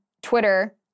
Twitter